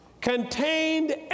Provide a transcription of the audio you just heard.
contained